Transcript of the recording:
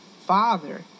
father